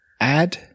add